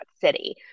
city